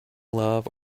love